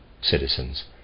citizens